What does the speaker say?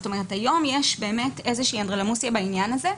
זאת אומרת שהיום יש איזושהי אנדרלמוסיה בעניין הזה.